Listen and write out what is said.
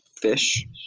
fish